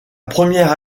première